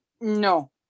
No